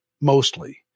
mostly